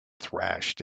thrashed